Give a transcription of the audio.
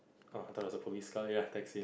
uh thought it was a police car ya taxi